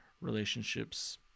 relationships